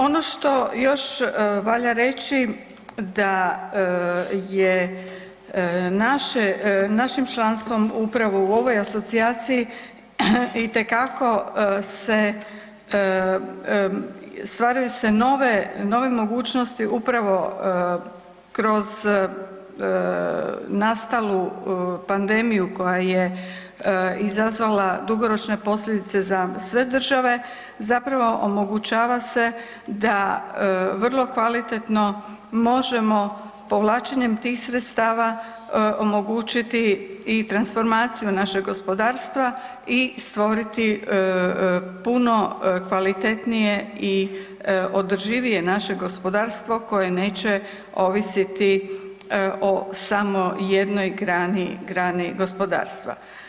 Ono što još valja reći da je našim članstvom upravo u ovoj asocijaciji itekako se stvaraju nove mogućnosti upravo kroz nastalu pandemiju koja je izazvala dugoročne posljedice za sve države, zapravo omogućava se da vrlo kvalitetno možemo povlačenjem tih sredstava omogućiti i transformaciju našeg gospodarstva i stvoriti puno kvalitetnije i održivije naše gospodarstvo koje neće ovisiti o samo jednoj grani, grani gospodarstva.